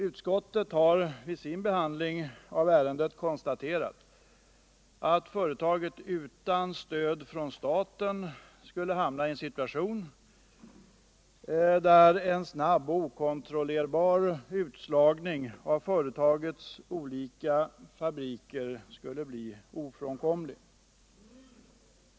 Utskottet har vid sin behandling av ärendet konstaterat att företaget utan stöd från staten skulle hamna i en situation där en snabb och okontrollerbar utslagning av företagets olika fabriker skulle bli ofrånkomlig.